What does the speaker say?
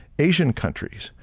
asian countries,